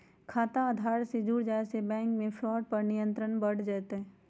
खाता आधार से जुड़ जाये से बैंक मे फ्रॉड पर नियंत्रण और बढ़ जय तय